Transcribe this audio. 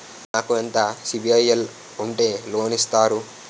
నాకు ఎంత సిబిఐఎల్ ఉంటే లోన్ ఇస్తారు?